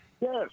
Yes